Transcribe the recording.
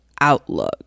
outlook